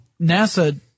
NASA